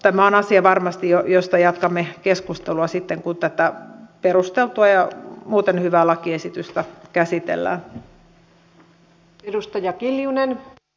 tämä on varmasti asia josta jatkamme keskustelua sitten kun tätä perusteltua ja muuten hyvää lakiesitystä käsitellään